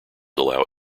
allow